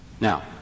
Now